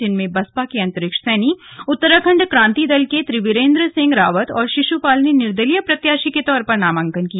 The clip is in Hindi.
जिनमें बसपा के अंतरिक्ष सैनी उत्तराखण्ड क्रांति दल के त्रिविरेन्द्र सिंह रावत और शिशुपाल ने निर्दलीय प्रत्याशी के तौर पर नामांकन किया